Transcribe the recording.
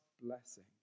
blessing